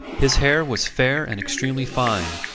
his hair was fair and extremely fine,